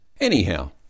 Anyhow